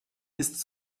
ist